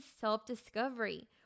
self-discovery